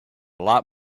lot